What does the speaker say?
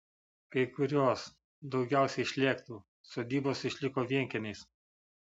kai kurios daugiausiai šlėktų sodybos išliko vienkiemiais